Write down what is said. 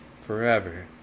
forever